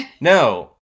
No